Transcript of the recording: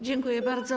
Dziękuję bardzo.